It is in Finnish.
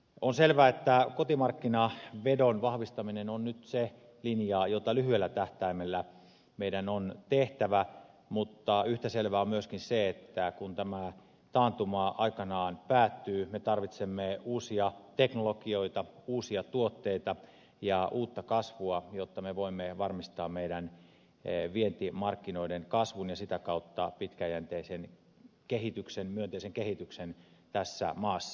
on selvää että kotimarkkinavedon vahvistaminen on nyt se linja jota lyhyellä tähtäimellä meidän on tehtävä mutta yhtä selvää on myöskin se että kun tämä taantuma aikanaan päättyy me tarvitsemme uusia teknologioita uusia tuotteita ja uutta kasvua jotta me voimme varmistaa meidän vientimarkkinoidemme kasvun ja sitä kautta pitkäjänteisen myönteisen kehityksen tässä maassa